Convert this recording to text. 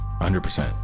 100%